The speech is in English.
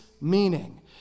meaning